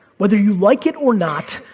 whether you like it or not,